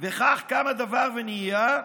וכך קם הדבר ונהיה,